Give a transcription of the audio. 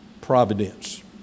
providence